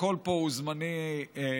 הכול פה הוא זמני לנצח.